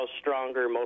stronger